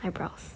eyebrows